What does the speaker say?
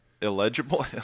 illegible